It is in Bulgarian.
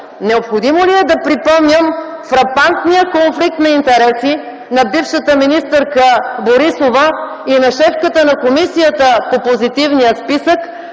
Необходимо ли е да припомням фрапантния конфликт на интереси на бившата министърка Борисова и на шефката на Комисията по позитивния списък,